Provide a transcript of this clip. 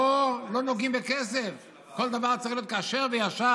לא נוגעים בכסף, כל דבר צריך להיות כשר וישר.